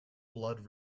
blood